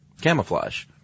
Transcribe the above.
camouflage